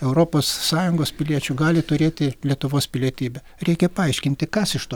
europos sąjungos piliečių gali turėti lietuvos pilietybę reikia paaiškinti kas iš to